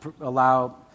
allow